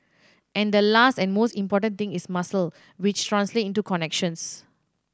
and the last and most important thing is muscle which translate into connections